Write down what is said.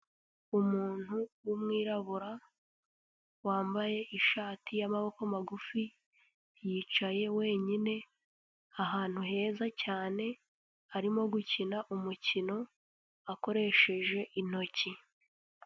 Umuntu w'umwirabura, wambaye ishati y'amaboko magufi, yicaye wenyine ahantu heza cyane, arimo gukina umukino, akoresheje intoki.